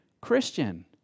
Christian